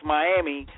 Miami